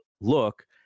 look